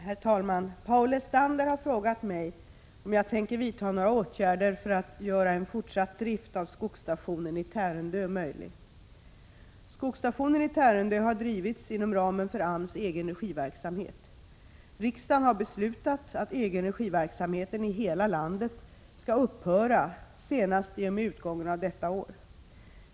Herr talman! Paul Lestander har frågat mig om jag tänker vidta några åtgärder för att göra en fortsatt drift av skogsstationen i Tärendö möjlig. Skogsstationen i Tärendö har drivits inom ramen för AMS egenregiverksamhet. Riksdagen har beslutat att egenregiverksamheten i hela landet skall upphöra senast i och med utgången av detta år.